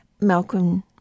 Malcolm